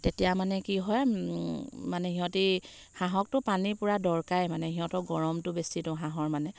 তেতিয়া মানে কি হয় মানে সিহঁতি হাঁহকটো পানী পূৰা দৰকাৰেই মানে সিহঁতৰ গৰমটো বেছিতো হাঁহৰ মানে